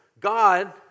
God